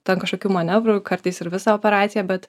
ten kažkokių manevrų kartais ir visą operaciją bet